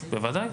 בוודאי.